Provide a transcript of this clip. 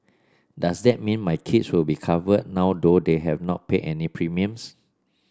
does that mean my kids will be covered now though they have not paid any premiums